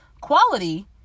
quality